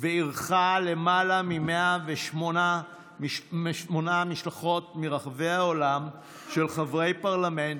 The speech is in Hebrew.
ואירחה למעלה מ-108 משלחות מרחבי העולם של חברי פרלמנט,